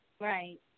Right